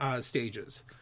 stages